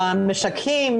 במשקים,